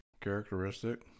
characteristic